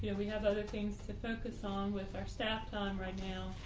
and we have other things to focus on with our staff time right now,